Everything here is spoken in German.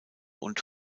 und